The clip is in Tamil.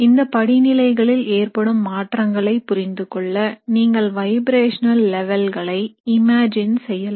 இந்த படிநிலைகளில் ஏற்படும் மாற்றங்களை புரிந்துகொள்ள நீங்கள் வைப்ரேஷனல் லெவல்களை இமேஜின் செய்யலாம்